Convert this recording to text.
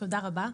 תודה רבה.